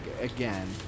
again